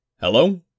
Hello